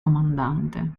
comandante